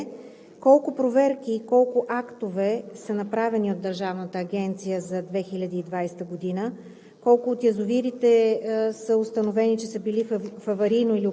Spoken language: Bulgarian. В тази връзка въпросът ми към Вас, уважаеми господин Министър, е: колко проверки и колко актове са направени от Държавната агенция за 2020 г.? За